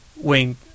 wink